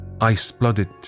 ice-blooded